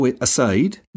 aside